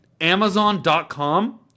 Amazon.com